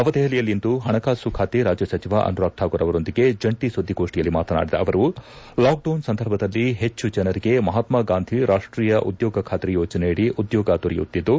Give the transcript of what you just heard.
ನವದೆಹಲಿಯಲ್ಲಿಂದು ಹಣಕಾಸು ಖಾತೆ ರಾಜ್ಯ ಸಚಿವ ಅನುರಾಗ್ ಠಾಕೂರ್ ಅವರೊಂದಿಗೆ ಜಂಟಿ ಸುದ್ದಿಗೋಷ್ಠಿಯಲ್ಲಿ ಮಾತನಾಡಿದ ಅವರು ಲಾಕ್ಡೌನ್ ಸಂದರ್ಭದಲ್ಲಿ ಹೆಚ್ಚು ಜನರಿಗೆ ಮಹತ್ಹಾಗಾಂಧಿ ರಾಷ್ವೀಯ ಉದ್ಯೋಗ ಖಾತ್ರಿ ಯೋಜನೆಯಡಿ ಉದ್ಯೋಗ ದೊರೆಯುತ್ತಿದ್ದು